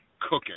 cooking